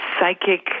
psychic